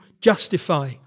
justify